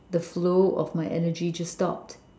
the flow of my energy just stopped